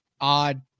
odd